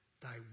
Thy